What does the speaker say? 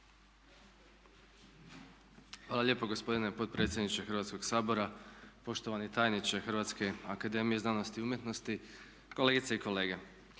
Hvala lijepo gospodine potpredsjedniče Hrvatskog sabora, poštovani tajniče Hrvatske akademije znanosti i umjetnosti, kolegice i kolege